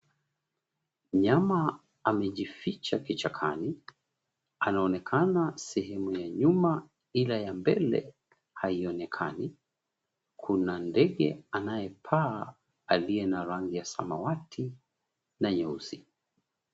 Mnyama amejificha kichakani. Anaonekana sehemu ya nyuma ila ya mbele haionekani. Kuna ndege anayepaa, aliye na rangi ya samawati na nyeusi.